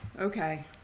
okay